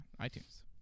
iTunes